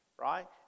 right